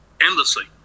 Endlessly